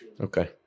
Okay